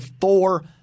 four